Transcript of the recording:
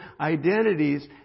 identities